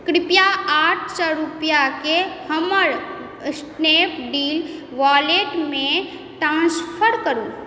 कृपया आठ सओ रुपैआके हमर स्नैपडील वॉलेटमे ट्रान्सफर करू